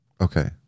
Okay